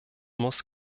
muss